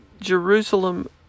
Jerusalem